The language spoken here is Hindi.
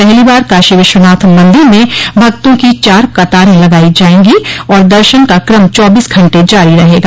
पहली बार काशी विश्वनाथ मंदिर में भक्तों की चार कतारें लगाई जायेंगी और दर्शन का क्रम चौबीस घंटे जारी रहेगा